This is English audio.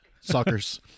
Suckers